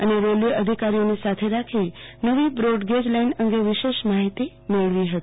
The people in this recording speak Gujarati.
અને રેલ્વે અધિકારીઓને સાથે રાખી નવી બ્રોડગેજ લાઈન અંગે વિશેષ માહિતી મેળવી હતી